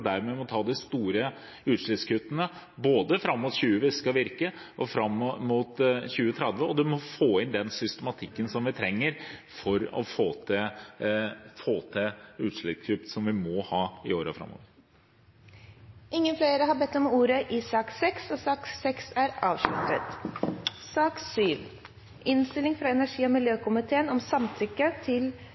må ta de store utslippskuttene både fram mot 2020, hvis det skal virke, og fram mot 2030. Og man må få inn den systematikken som trengs for å få til de utslippskuttene som vi må ha i årene framover. Flere har ikke bedt om ordet til sak nr. 6. Først vil jeg takke komiteen for arbeidet med saken. Dette er en enstemmig sak, og